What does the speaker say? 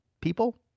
people